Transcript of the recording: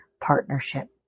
partnership